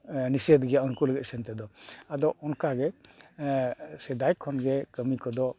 ᱱᱤᱥᱮᱫ ᱜᱮᱭᱟ ᱩᱱᱠᱩ ᱞᱟᱹᱜᱤᱫ ᱥᱮᱱ ᱛᱮᱫᱚ ᱟᱫᱚ ᱚᱱᱠᱟ ᱜᱮ ᱥᱮᱫᱟᱭ ᱠᱷᱚᱱ ᱜᱮ ᱠᱟᱹᱢᱤ ᱠᱚᱫᱚ